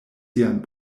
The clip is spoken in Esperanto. sian